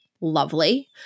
lovely